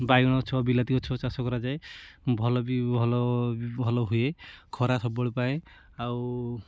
ବାଇଗଣ ଗଛ ବିଲାତି ଗଛ ଚାଷ କରାଯାଏ ଭଲ ବି ଭଲ ହୁଏ ଖରା ସବୁବେଳେ ପାଏ ଆଉ